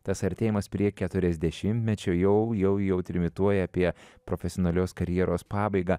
tas artėjimas prie keturiasdešimtmečio jau jau jau trimituoja apie profesionalios karjeros pabaigą